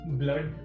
blood